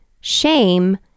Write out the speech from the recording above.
shame